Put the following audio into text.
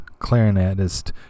clarinetist